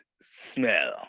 smell